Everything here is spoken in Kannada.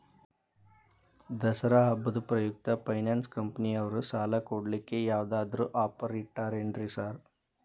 ದಸರಾ ಹಬ್ಬದ ಪ್ರಯುಕ್ತ ಫೈನಾನ್ಸ್ ಕಂಪನಿಯವ್ರು ಸಾಲ ಕೊಡ್ಲಿಕ್ಕೆ ಯಾವದಾದ್ರು ಆಫರ್ ಇಟ್ಟಾರೆನ್ರಿ ಸಾರ್?